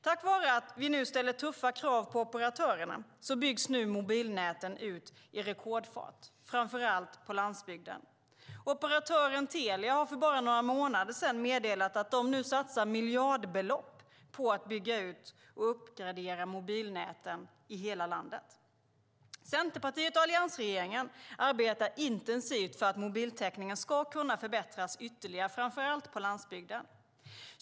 Tack vare att vi ställer tuffa krav på operatörerna byggs mobilnäten nu ut i rekordfart, framför allt på landsbygden. Operatören Telia har för bara några månader sedan meddelat att de satsar miljardbelopp på att bygga ut och uppgradera mobilnäten i hela landet. Centerpartiet och alliansregeringen arbetar intensivt för att mobiltäckningen ska förbättras ytterligare, framför allt på landsbygden.